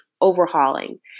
overhauling